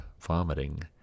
vomiting